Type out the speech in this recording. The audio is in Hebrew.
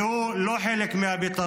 והוא לא חלק מהפתרון.